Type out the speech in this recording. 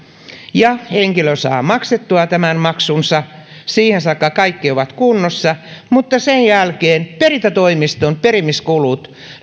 ja henkilö saa maksettua tämän maksunsa siihen saakka kaikki on kunnossa mutta sen jälkeen perintätoimiston perimiskulut